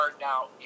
now